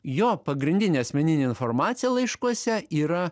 jo pagrindinė asmeninė informacija laiškuose yra